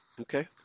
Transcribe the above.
okay